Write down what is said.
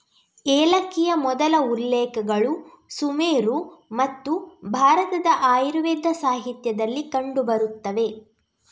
ಏಲಕ್ಕಿಯ ಮೊದಲ ಉಲ್ಲೇಖಗಳು ಸುಮೇರು ಮತ್ತು ಭಾರತದ ಆಯುರ್ವೇದ ಸಾಹಿತ್ಯದಲ್ಲಿ ಕಂಡು ಬರುತ್ತವೆ